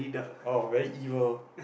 oh very evil